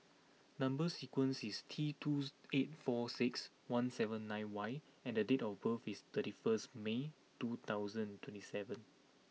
number sequence is T twos eight four six one seven nine Y and the date of birth is thirty first May two thousand twenty seven